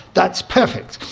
that's perfect.